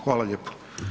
Hvala lijepo.